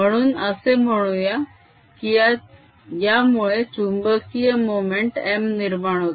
म्हणून असे म्हणूया की यामुळे चुंबकीय मोमेंट m निर्माण होते